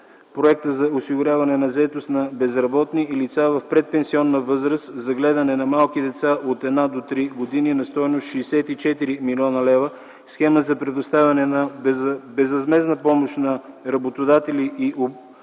проекта за осигуряване на заетост на безработни лица в предпенсионна възраст за гледане на малки деца от 1 до 3 години на стойност 64 млн. лв., схема за предоставяне на безвъзмездна помощ на работодатели и обучаващи